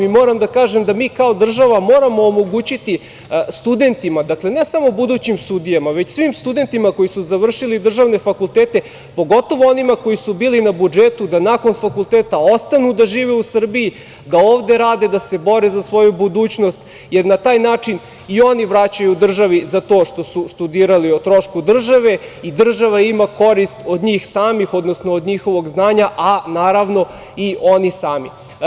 Moram da kažem da mi kao država moramo omogućiti studentima, ne samo budućim sudijama, već svim studentima koji su završili državne fakultete, pogotovo onima koji su bili na budžetu, da nakon fakulteta ostanu da žive u Srbiji, da ovde rade, da se bore za svoju budućnost, jer na taj način i oni vraćaju državi za to što studirali o trošku države i država ima korist od njih samih, odnosno od njihovog znanja, a naravno i oni sami.